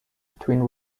between